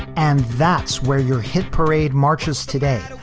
and that's where your hit parade marches today.